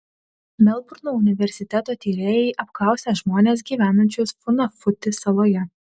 melburno universiteto tyrėjai apklausė žmones gyvenančius funafuti saloje